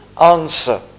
answer